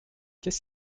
qu’est